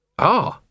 Ah